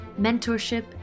mentorship